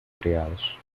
criados